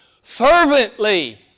Fervently